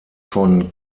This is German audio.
von